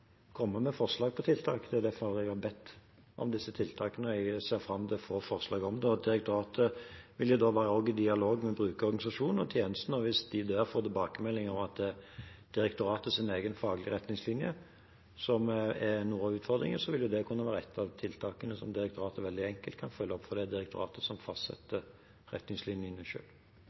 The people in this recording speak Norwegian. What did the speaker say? med forslag til tiltak. Det er derfor jeg har bedt om disse tiltakene, og jeg ser fram til å få forslag om det. Direktoratet vil også være i dialog med brukerorganisasjonene og tjenestene, og hvis de da får tilbakemeldinger om at det er direktoratets egen faglige retningslinje som er noe av utfordringen, vil det kunne være ett av tiltakene som direktoratet veldig enkelt kan følge opp, for det er direktoratet som selv fastsetter disse retningslinjene.